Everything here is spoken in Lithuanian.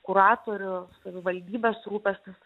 kuratorių savivaldybės rūpestis